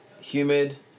humid